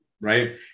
right